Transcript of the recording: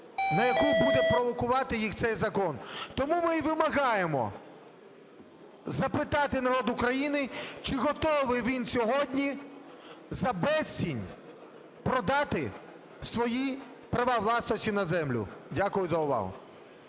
на яку буде провокувати їх цей закон. Тому ми і вимагаємо запитати народ України, чи готовий він сьогодні за безцінь продати свої права власності на землю. Дякую за увагу.